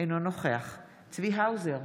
אינו נוכח צבי האוזר,